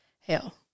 Hell